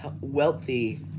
wealthy